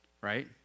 right